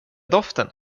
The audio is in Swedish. doften